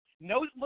No